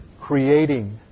creating